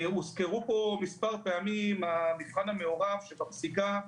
הוזכר פה מספר פעמים המבחן המעורב שבפסיקה.